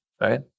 right